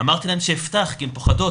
אמרתי להם שאפתח כי הן פוחדות,